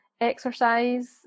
exercise